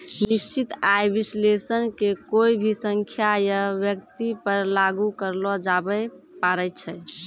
निश्चित आय विश्लेषण के कोय भी संख्या या व्यक्ति पर लागू करलो जाबै पारै छै